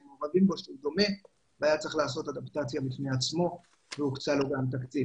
נושא שהוא דומה והיה צריך לעשות אדפטציה בפני עצמה וגם לזה הוקצה תקציב.